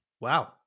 Wow